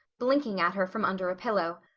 blinking at her from under a pillow.